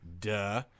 Duh